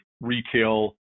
retail